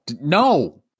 no